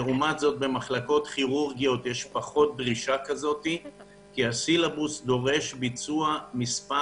למשל במחלקות כירורגיות יש פחות דרישה כי הסילבוס דורש מספר